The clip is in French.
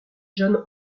john